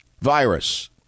virus